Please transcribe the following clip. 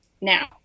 now